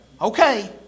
Okay